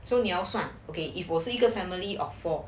so 你要算 okay if 我是一个 family of four